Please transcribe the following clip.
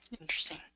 Interesting